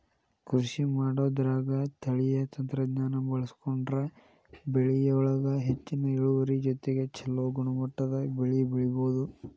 ಕೃಷಿಮಾಡೋದ್ರಾಗ ತಳೇಯ ತಂತ್ರಜ್ಞಾನ ಬಳಸ್ಕೊಂಡ್ರ ಬೆಳಿಯೊಳಗ ಹೆಚ್ಚಿನ ಇಳುವರಿ ಜೊತೆಗೆ ಚೊಲೋ ಗುಣಮಟ್ಟದ ಬೆಳಿ ಬೆಳಿಬೊದು